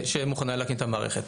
כולל את זה במשוואה אז זה דיון אחר.